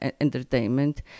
entertainment